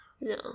No